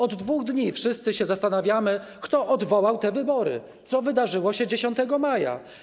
Od 2 dni wszyscy się zastanawiamy, kto odwołał te wybory, co wydarzyło się 10 maja.